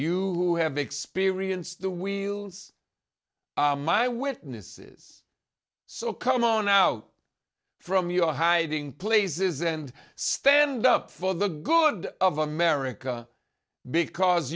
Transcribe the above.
you who have experienced the wheels are my witnesses so come on out from your hiding places and stand up for the good of america because